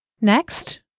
Next